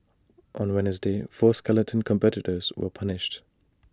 on Wednesday four skeleton competitors were punished